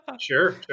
Sure